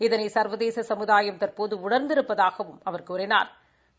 இதனை சா்வதேச சமுதாயம் தற்போது உணா்ந்திருப்பதாகவும் அவா் கூறினாா்